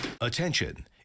attention